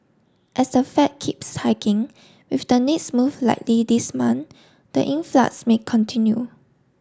as the Fed keeps hiking with the next move likely this month the influx may continue